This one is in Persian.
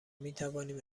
میتوانیم